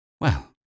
Well